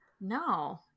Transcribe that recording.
no